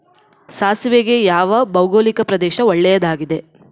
ಸಾಸಿವೆಗೆ ಯಾವ ಭೌಗೋಳಿಕ ಪ್ರದೇಶ ಒಳ್ಳೆಯದಾಗಿದೆ?